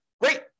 Great